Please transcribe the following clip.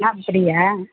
அப்படியா